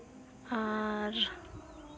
ᱟᱨ